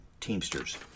Teamsters